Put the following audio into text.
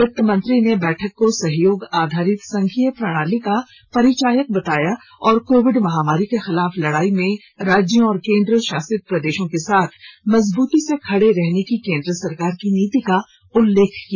वित्तमंत्री ने बैठक को सहयोग आधारित संघीय प्रणाली का परिचायक बताया और कोविड महामारी के खिलाफ लड़ाई में राज्यों और केन्द्र शासित प्रदेशों के साथ मजबूती से खड़े रहने की केन्द्र सरकार की नीति का उल्लेख किया